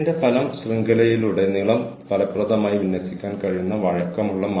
അതിനാൽ ഇത് നിങ്ങൾ എല്ലാവരും ചിന്തിക്കേണ്ട കാര്യമാണ്